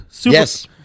Yes